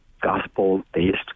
gospel-based